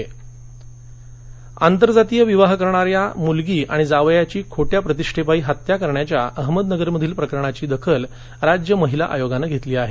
अहमदनगर आंतरजातीय विवाह करणाऱ्या मूलगी आणि जावयाघी खोट्या प्रतिष्ठेपायी हत्त्या करण्याच्या अहमद नगर मधील प्रकरणाची दाखल राज्य महिला आयोगाने घेतली आहे